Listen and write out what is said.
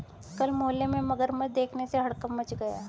कल मोहल्ले में मगरमच्छ देखने से हड़कंप मच गया